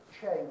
change